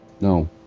no